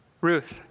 Ruth